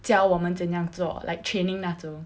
教我们怎样做 like training 那种